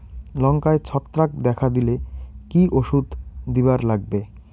লঙ্কায় ছত্রাক দেখা দিলে কি ওষুধ দিবার লাগবে?